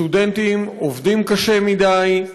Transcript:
סטודנטים עובדים קשה מדי,